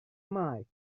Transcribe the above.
mike